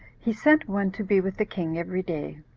he sent one to be with the king every day.